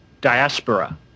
Diaspora